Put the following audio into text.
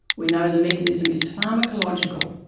we know the mechanism is pharmacological,